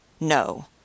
No